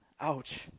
Ouch